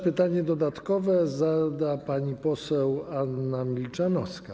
Pytanie dodatkowe zada pani poseł Anna Milczanowska.